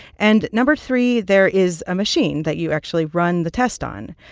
and no. three there is a machine that you actually run the test on.